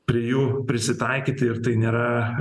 prie jų prisitaikyti ir tai nėra